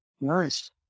Nice